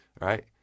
Right